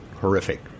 horrific